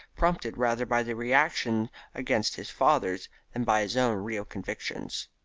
prompted rather by the reaction against his father's than by his own real convictions.